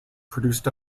produced